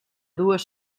dues